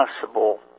possible